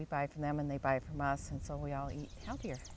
we buy from them and they buy from us and so we all eat healthier